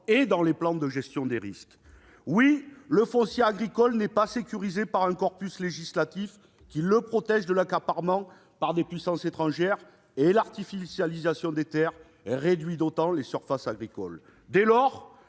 et dans les plans de gestion des risques. Non, le foncier agricole n'est pas sécurisé par un corpus législatif le protégeant de l'accaparement par des puissances étrangères. En outre, l'artificialisation des terres réduit les surfaces agricoles. Dès lors,